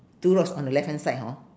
two rocks on the left hand side hor